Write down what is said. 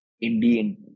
Indian